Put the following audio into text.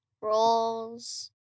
rolls